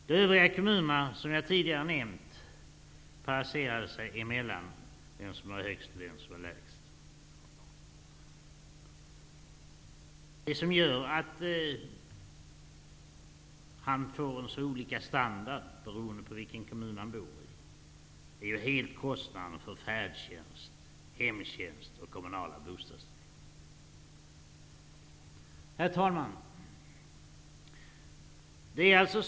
De övriga kommuner, som jag tidigare har nämnt, placerade sig mellan den kommun som gav mest och den kommun som gav minst. Det innebar alltså olika standard beroende på vil ken kommun han bodde i, beroende på kostna derna för färdtjänst och hemtjänst samt nivån på det kommunala bostadstillägget. Herr talman!